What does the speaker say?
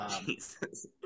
Jesus